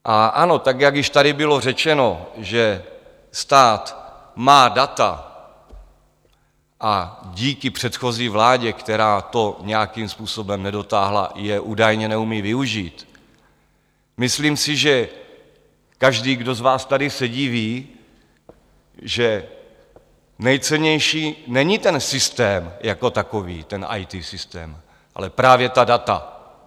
A ano, jak již tady bylo řečeno, že stát má data a díky předchozí vládě, která to nějakým způsobem nedotáhla, je údajně neumí využít, myslím si, že každý z vás, kdo tady sedí, ví, že nejcennější není ten systém jako takový, ten IT systém, ale právě ta data.